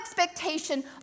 expectation